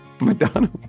Madonna